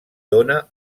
dóna